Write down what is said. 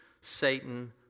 Satan